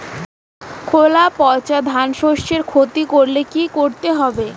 খোলা পচা ধানশস্যের ক্ষতি করলে কি করতে হবে?